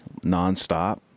nonstop